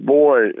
boy